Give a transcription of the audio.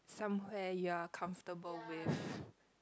somewhere you're comfortable with